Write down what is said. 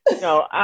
No